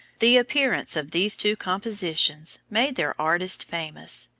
the appearance of these two compositions made their artist famous,